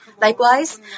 Likewise